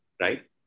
right